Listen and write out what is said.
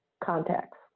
contacts